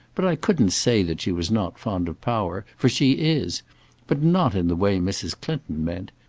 but i couldn't say that she was not fond of power, for she is but not in the way mrs. clinton meant.